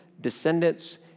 descendants